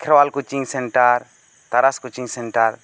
Kherwal coaching centre ᱛᱟᱨᱟᱥ coaching centre